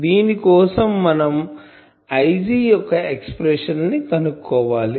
దీని కోసం మనం Ig యొక్క ఎక్సప్రెషన్ ను కనుక్కోవాలి